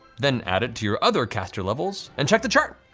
then add it to your other caster levels, and check the chart!